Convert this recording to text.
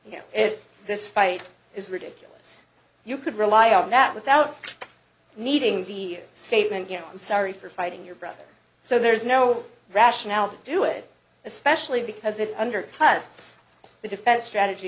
you know this fight is ridiculous you could rely on that without needing the statement you know i'm sorry for fighting your brother so there's no rationale to do it especially because it undercuts the defense strategy